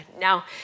Now